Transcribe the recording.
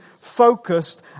focused